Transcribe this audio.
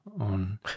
on